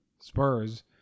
Spurs